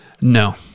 No